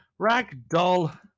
ragdoll